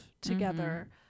together